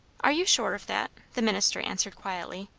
are you sure of that? the minister answered quietly,